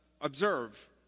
observe